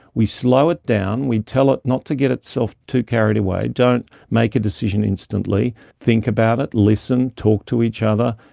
we slow it down, we tell it not to get itself too carried away, don't make a decision instantly, think about it, listen, talk to each other,